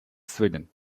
sweden